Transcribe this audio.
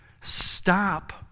stop